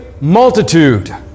multitude